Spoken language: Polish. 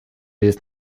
jest